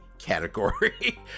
category